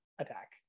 attack